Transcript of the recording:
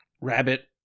Rabbit